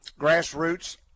grassroots